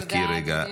חכי רגע.